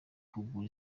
kugura